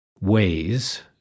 ways